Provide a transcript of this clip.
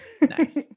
Nice